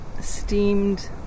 steamed